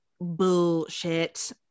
bullshit